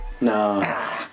No